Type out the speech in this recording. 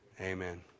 amen